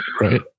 Right